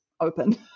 open